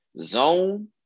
Zone